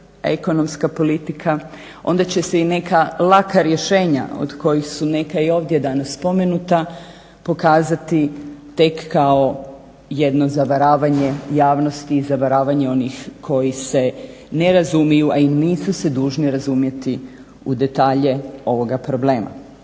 ekonomska politika, onda će se i neka laka rješenja od kojih su neka i ovdje danas spomenuta pokazati tek kao jedno zavaravanje javnosti i zavaravanje onih koji se ne razumiju, a i nisu se dužni razumjeti u detalje ovoga problema.